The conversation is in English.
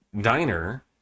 diner